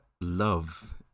love